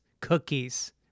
cookies